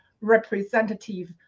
representative